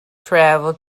travel